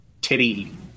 titty